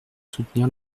soutenir